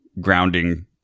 grounding